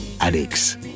Alex